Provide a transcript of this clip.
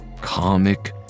karmic